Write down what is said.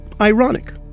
ironic